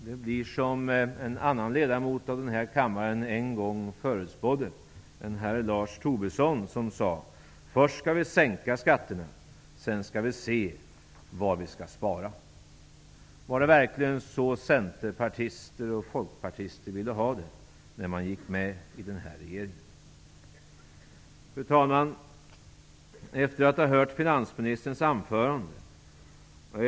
Det blir som en annan ledamot av denna kammare, herr Lars Tobisson, en gång förutspådde. Han sade att vi först skall sänka skatterna och sedan skall vi se vad vi skall spara. Var det verkligen så centerpartister och folkpartister ville ha det när de gick med i den här regeringen? Fru talman! Vi har nu hört finansministerns anförande.